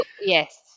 Yes